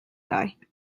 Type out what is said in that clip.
guy